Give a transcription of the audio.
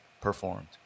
performed